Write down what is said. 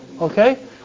okay